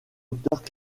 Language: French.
auteurs